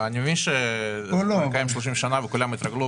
אני מבין שזה קיים 30 שנה וכולם התרגלו.